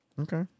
Okay